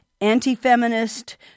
anti-feminist